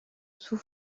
sous